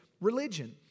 religion